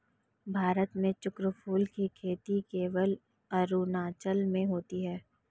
भारत में चक्रफूल की खेती केवल अरुणाचल में होती है